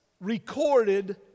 recorded